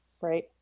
right